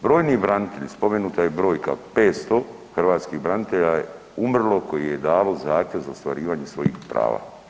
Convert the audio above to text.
Brojni branitelji, spomenuta je brojka 500 hrvatskih branitelja je umrlo koje je dalo zahtjev za ostvarivanje svojih prava.